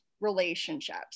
relationships